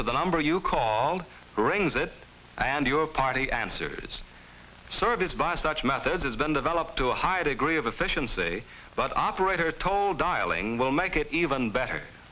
to the number you called brings it and your party answers service by such methods has been developed to a high degree of efficiency but operator total dialing will make it even better